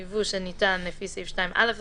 אני פותח בזאת את ישיבת ועדת החוקה.